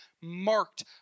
marked